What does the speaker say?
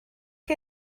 chi